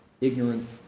ignorant